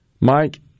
Mike